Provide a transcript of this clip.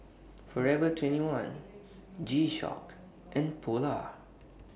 Forever twenty one G Shock and Polar